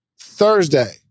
Thursday